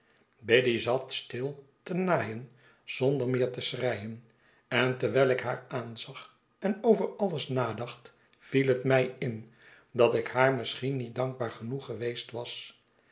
biddy zat stil te naaien zonder meer te schreien en terwijl ik haar aanzag en over alles nadacht viel het mij in dat ik haar misscbien niet dankbaar genoeg geweest was